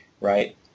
right